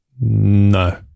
No